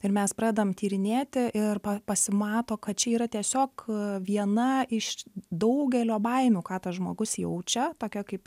ir mes pradedam tyrinėti ir pasimato kad čia yra tiesiog viena iš daugelio baimių ką tas žmogus jaučia tokią kaip